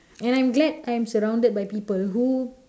and I'm glad I'm surrounded by people who